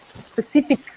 specific